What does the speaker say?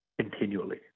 continually